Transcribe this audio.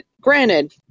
granted